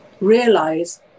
realize